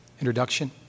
introduction